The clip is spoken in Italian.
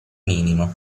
minimo